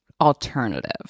alternative